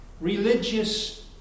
religious